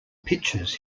pitchers